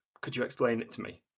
could you explain it to me?